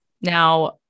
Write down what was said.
Now